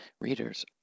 readers